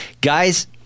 Guys